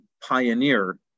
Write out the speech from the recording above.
pioneer